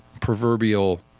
proverbial